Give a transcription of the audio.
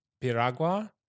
Piragua